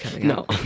no